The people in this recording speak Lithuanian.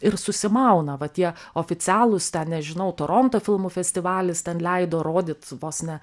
ir susimauna va tie oficialūs ten nežinau toronto filmų festivalis ten leido rodyt vos ne